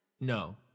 No